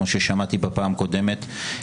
כמו ששמעתי בפעם הקודמת,